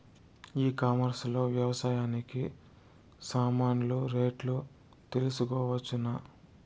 ఈ కామర్స్ లో వ్యవసాయానికి సామాన్లు రేట్లు తెలుసుకోవచ్చునా?